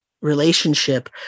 relationship